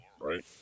right